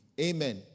amen